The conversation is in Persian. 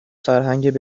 فرهنگ